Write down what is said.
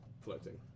floating